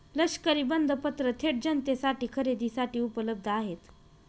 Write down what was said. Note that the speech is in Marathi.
लष्करी बंधपत्र थेट जनतेसाठी खरेदीसाठी उपलब्ध आहेत